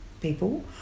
people